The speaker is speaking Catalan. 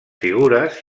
figures